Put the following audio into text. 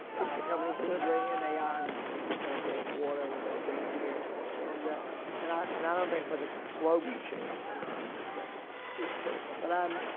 is the company delivering and they are now. we've just had a great quarter, we've had a great year and and i, and i don't think whether the slogan changes or not is is critical. but i'm,